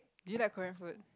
do you like Korean food